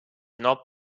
not